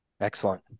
Excellent